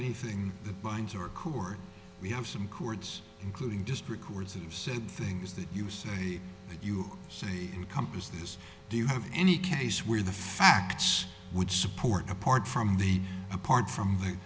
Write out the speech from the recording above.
anything that binds or cord we have some cords including just records of said things that you say that you see in companies these do you have any case where the facts would support apart from the apart from the